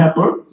pepper